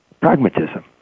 pragmatism